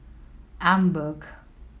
emborg